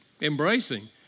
embracing